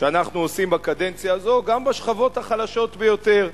שאנחנו עושים בקדנציה הזאת גם בשכבות החלשות ביותר.